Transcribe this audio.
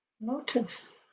notice